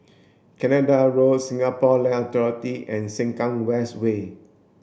Canada Road Singapore Land Authority and Sengkang West Way